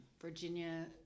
Virginia –